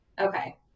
Okay